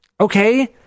okay